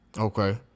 Okay